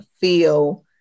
feel